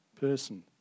person